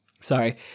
Sorry